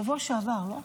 בשבוע שעבר, לא?